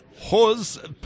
Hose